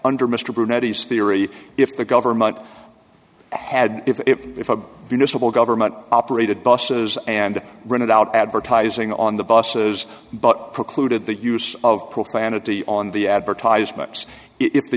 under mr burnett is theory if the government had if a you know civil government operated buses and rented out advertising on the buses but precluded the use of profanity on the advertisements if they